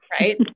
right